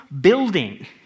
building